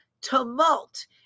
tumult